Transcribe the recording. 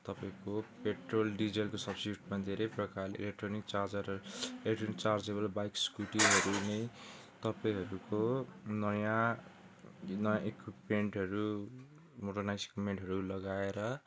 तपाईँको पेट्रोल डिजेलको सब्सिट्युटमा धेरै प्रकारले electronic charger electronic chargeable bike स्कुटीहरू नि तपाईँहरूको नयाँ नयाँ इक्युपमेन्टहरू मोडर्नाइज्ड इक्युपमेन्टहरू लगाएर